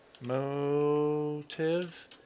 motive